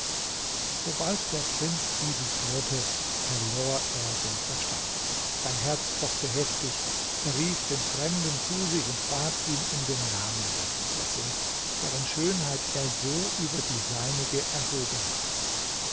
sobald der prinz dieses hörte verlor er den verstand sein herz pochte heftig er rief den fremden zu sich und bat ihn um den namen der prinzessin deren schönheit er so über die seinige erhoben hatte